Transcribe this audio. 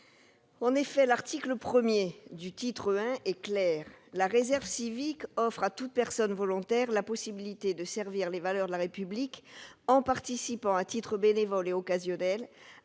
En effet, l'article 1 est clair :« La réserve civique offre à toute personne volontaire la possibilité de servir les valeurs de la République en participant, à titre bénévole et occasionnel,